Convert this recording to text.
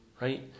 right